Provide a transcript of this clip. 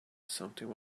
something